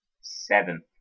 Seventh